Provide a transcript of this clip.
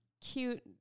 cute